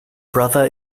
brother